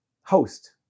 host